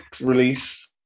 release